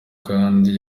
kandi